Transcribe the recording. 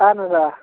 اَہَن حظ آ